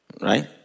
Right